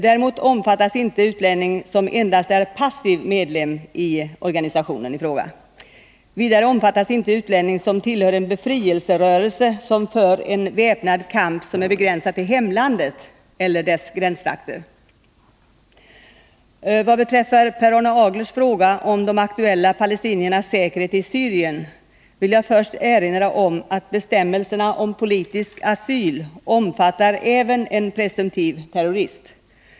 Däremot omfattas inte utlänning som endast är Nr 63 passiv medlem i organisationen i fråga. Vidare omfattas inte utlänning som tillhör en befrielserörelse som för en väpnad kamp som är begränsad till hemlandet eller dess gränstrakter. säkerhet i Syrien vill jag först erinra om att bestämmelserna om politisk asyl omfattar även en presumtiv terrorist.